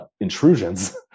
intrusions